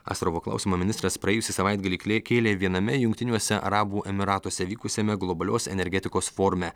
astravo klausimą ministras praėjusį savaitgalį klė kėlė viename jungtiniuose arabų emyratuose vykusiame globalios energetikos forume